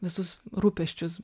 visus rūpesčius